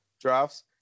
drafts